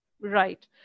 Right